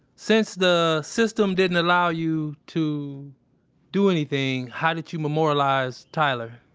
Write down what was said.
since the system didn't allow you to do anything, how did you memorialize tyler?